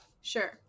sure